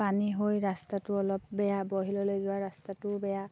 পানী হৈ ৰাস্তাটো অলপ বেয়া বহিললৈ যোৱা ৰাস্তাটোও বেয়া